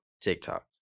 TikTok